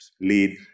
lead